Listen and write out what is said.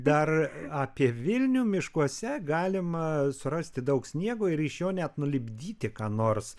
dar apie vilnių miškuose galima surasti daug sniego ir iš jo net nulipdyti ką nors